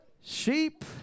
sheep